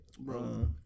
Bro